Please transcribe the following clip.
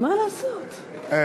מה לעשות,